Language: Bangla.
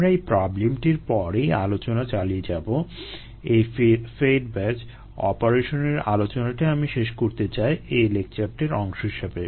আমরা এই প্রবলেমটির পরেই আলোচনা চালিয়ে যাবো এই ফেড ব্যাচ অপারেশন এর আলোচনাটি আমি শেষ করতে চাই এই লেকচারটির অংশ হিসেবে